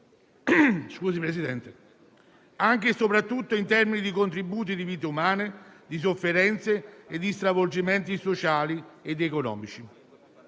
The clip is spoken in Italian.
guerra mondiale, anche e soprattutto in termini di tributo di vite umane, di sofferenze e di stravolgimenti sociali ed economici.